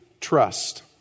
trust